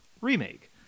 Remake